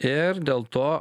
ir dėl to